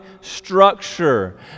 structure